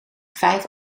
vijf